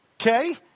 Okay